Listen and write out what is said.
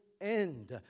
end